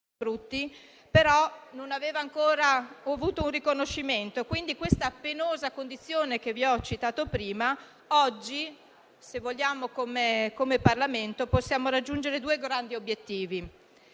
frutti) non aveva ancora avuto un riconoscimento. Quindi, rispetto a questa penosa condizione che vi ho citato prima, oggi, se vogliamo, come Parlamento, possiamo raggiungere due grandi obiettivi,